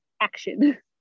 action